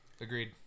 agreed